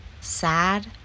sad